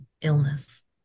illness